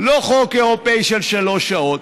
לא חוק אירופי של שלוש שעות,